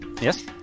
Yes